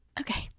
Okay